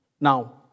Now